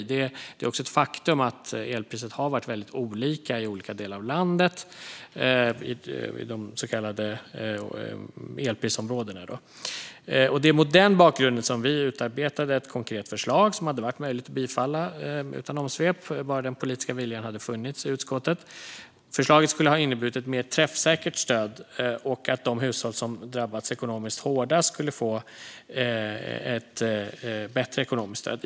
Det är också ett faktum att elpriset har varit väldigt olika i olika delar av landet, de så kallade elprisområdena. Det var mot den bakgrunden som vi utarbetade ett konkret förslag som hade varit möjligt att bifalla utan omsvep om bara den politiska viljan hade funnits i utskottet. Förslaget skulle ha inneburit ett mer träffsäkert stöd och att de hushåll som drabbats ekonomiskt hårdast skulle få ett bättre ekonomiskt stöd.